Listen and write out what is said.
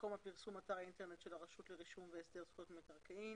מקום הפרסום הוא אתר האינטרנט של הרשות לרישום והסדר זכויות במקרקעין.